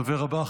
הדובר הבא,